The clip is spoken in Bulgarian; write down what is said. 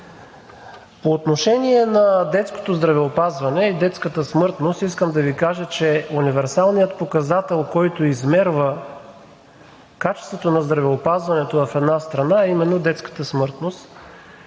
По отношение на детското здравеопазване и детската смъртност. Искам да Ви кажа, че универсалният показател, който измерва качеството на здравеопазването в една страна, е именно детската смъртност.